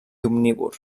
omnívor